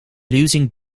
losing